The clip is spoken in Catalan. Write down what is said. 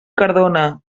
cardona